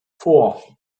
vor